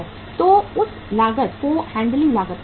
तो उस लागत को हैंडलिंग लागत कहा जाता है